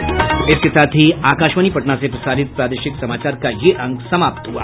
इसके साथ ही आकाशवाणी पटना से प्रसारित प्रादेशिक समाचार का ये अंक समाप्त हुआ